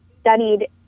studied